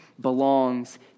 belongs